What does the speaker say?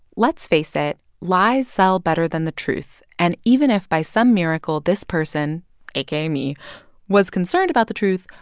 let's face it, lies sell better than the truth. and even if by some miracle this person aka me was concerned about the truth,